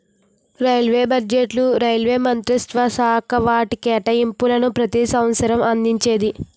railway బడ్జెట్ను railway మంత్రిత్వశాఖ వాటి కేటాయింపులను ప్రతి సంవసరం అందించేది